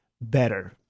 better